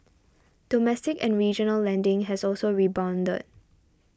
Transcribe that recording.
domestic and regional lending has also rebounded